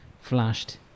flashed